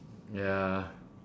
ya